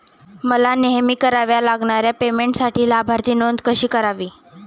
मला नेहमी कराव्या लागणाऱ्या पेमेंटसाठी लाभार्थी नोंद कशी करावी?